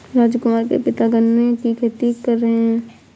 राजकुमार के पिता गन्ने की खेती कर रहे हैं